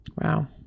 wow